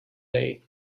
day